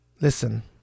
Listen